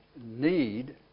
need